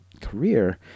career